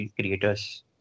creators